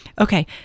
Okay